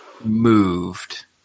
moved